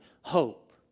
hope